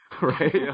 right